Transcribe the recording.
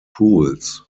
pools